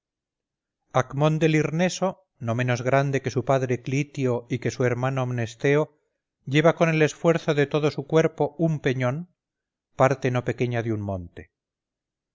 acmón de lirneso no menos grande que su padre clitio y que su hermano mnesteo lleva con el esfuerzo de todo su cuerpo un peñón parte no pequeña de un monte